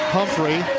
Humphrey